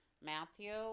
Matthew